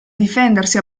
difendersi